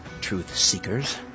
truth-seekers